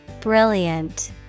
Brilliant